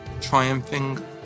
triumphing